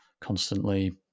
constantly